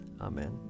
Amen